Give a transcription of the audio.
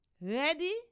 ready